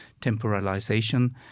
temporalization